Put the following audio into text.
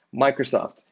Microsoft